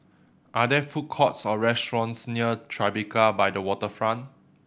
are there food courts or restaurants near Tribeca by the Waterfront